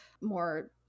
more